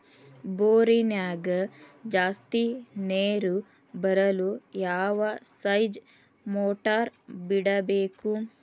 ಬೋರಿನ್ಯಾಗ ಜಾಸ್ತಿ ನೇರು ಬರಲು ಯಾವ ಸ್ಟೇಜ್ ಮೋಟಾರ್ ಬಿಡಬೇಕು?